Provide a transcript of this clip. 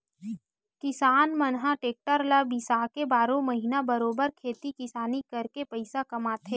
किसान मन ह टेक्टर ल बिसाके बारहो महिना बरोबर खेती किसानी करके पइसा कमाथे